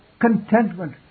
contentment